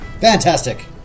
fantastic